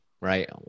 right